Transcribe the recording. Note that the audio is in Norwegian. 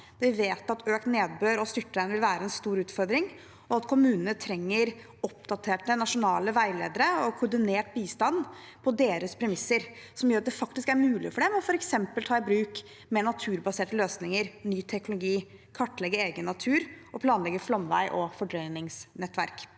Vi vet at økt nedbør og styrtregn vil være en stor utfordring, og at kommunene trenger oppdaterte nasjonale veiledere og koordinert bistand på sine premisser, noe som gjør at det faktisk er mulig for dem f.eks. å ta i bruk mer naturbaserte løsninger og ny teknologi, kartlegge egen natur og planlegge flomvei- og fordrøyningsnettverk.